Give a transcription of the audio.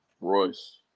Royce